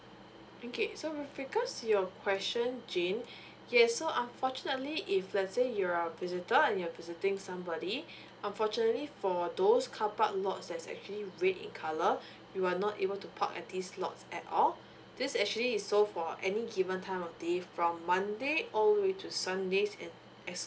okay so with regards to your question jane yes so unfortunately if let's say you're a visitor and you're visiting somebody unfortunately for those carpark lots that's actually red in colour you are not able to park at these lots at all this is actually so for any given time of the day from monday all the way to sundays and that's